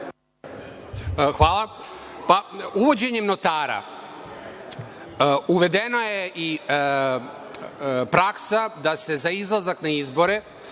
Hvala. Uvođenjem notara uvedena je i praksa da je za izlazak na izbore